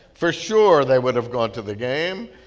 for sure they would have gone to the game,